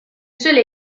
seule